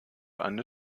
eine